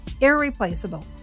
irreplaceable